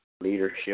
leadership